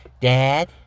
dad